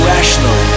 Rational